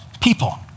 people